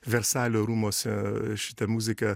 versalio rūmuose šita muzika